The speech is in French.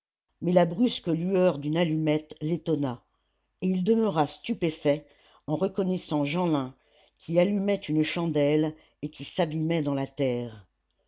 mais la brusque lueur d'une allumette l'étonna et il demeura stupéfait en reconnaissant jeanlin qui allumait une chandelle et qui s'abîmait dans la terre